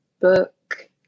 book